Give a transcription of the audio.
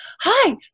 Hi